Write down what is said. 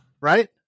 Right